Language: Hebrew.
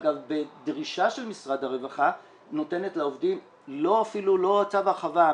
אגב בדרישה של משרד הרווחה נותנת לעובדים אפילו לא צו ההרחבה,